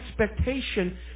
expectation